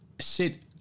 sit